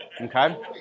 Okay